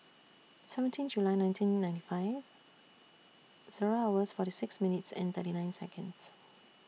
seventeen July nineteen ninety five Zero hours forty six minutes and thirty nine Seconds